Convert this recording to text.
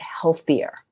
healthier